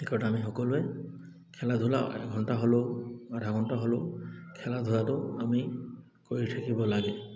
শেষত আমি সকলোৱে খেলা ধূলা এঘণ্টা হ'লেও আধা ঘণ্টা হ'লেও খেলা ধূলাটো আমি কৰি থাকিব লাগে